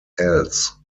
else